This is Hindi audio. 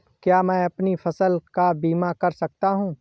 क्या मैं अपनी फसल का बीमा कर सकता हूँ?